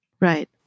Right